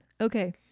okay